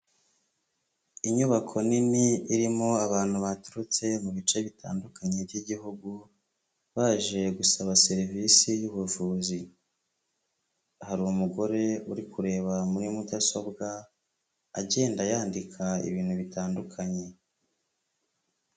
Inyubako nini irimo abantu baturutse mu bice bitandukanye by'igihugu, baje gusaba serivisi y'ubuvuzi, hari umugore uri kureba muri mudasobwa, agenda yandika ibintu bitandukanye.